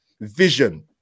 vision